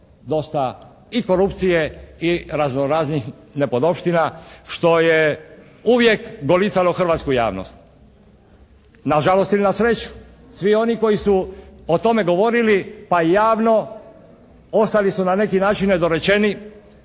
dosta i korupcije i razno raznih nepodopština što je uvijek golicalo hrvatsku javnost. Na žalost ili na sreću svi oni koji su o tome govorili pa i javno ostali su na neki način nedorečeni